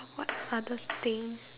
what other thing